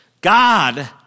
God